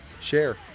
Share